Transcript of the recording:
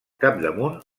capdamunt